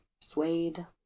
Suede